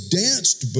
danced